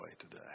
today